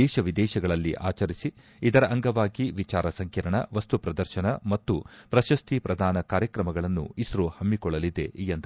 ದೇಶ ವಿದೇಶಗಳಲ್ಲಿ ಆಚರಿಸಿ ಇದರ ಅಂಗವಾಗಿ ವಿಚಾರ ಸಂಕಿರಣ ವಸ್ತು ಪ್ರದರ್ಶನ ಮತ್ತು ಪ್ರಶಸ್ತಿ ಪ್ರದಾನ ಕಾರ್ಯಕ್ರಮಗಳನ್ನು ಇಸ್ತೊ ಹಮ್ಗಿಕೊಳ್ಳಲಿದೆ ಎಂದರು